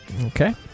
Okay